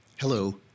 Hello